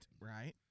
right